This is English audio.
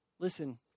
Listen